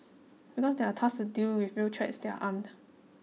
because they are tasked to deal with real threats they are armed